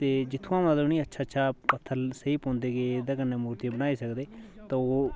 ते जित्थुं मतलब अच्छा पच्छर स्हेई पौंदे गे ते कन्नै मूरतियां बनाई सकदे ते ओह्